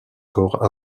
corps